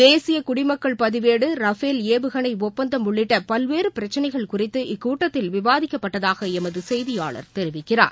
தேசியகுடமக்கள் Rafale பதிவேடு ஏவுகணைஒப்பந்தம் உள்ளிட்டபல்வேறுபிரச்சினைகள் குறித்து இக்கூட்டத்தில் விவாதிக்கப்பட்டதாகஎமதுசெய்தியாளர் தெரிவிக்கிறார்